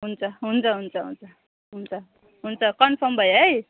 हुन्छ हुन्छ हुन्छ हुन्छ हुन्छ हुन्छ कन्फर्म भयो है